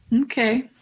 okay